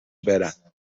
برن